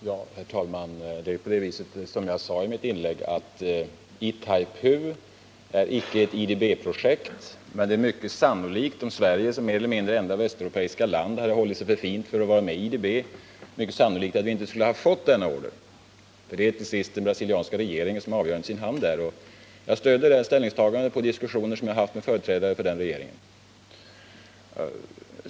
Herr talman! Itaipuprojektet är, som jag sade i mitt första inlägg, icke ett IDB-projekt, men det är mycket sannolikt att vi, om Sverige som så gott som enda västeuropeiska land hade hållit sig för fint för att gå med i IDB, inte skulle ha fått denna order. Det är till sist den brasilianska regeringen som därvidlag har avgörandet i sin hand. Jag stöder den bedömningen på diskussioner som jag fört med företrädare för den regeringen.